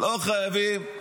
לא חייבים.